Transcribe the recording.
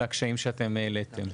לקשיים שאתם העליתם.